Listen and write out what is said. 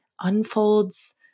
unfolds